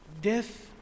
death